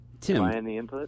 Tim